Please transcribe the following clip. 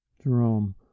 Jerome